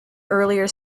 earlier